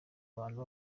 abantu